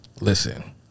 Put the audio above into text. Listen